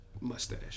mustache